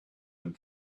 and